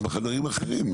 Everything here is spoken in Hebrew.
גם בחדרים אחרים,